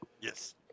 Yes